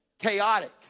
Chaotic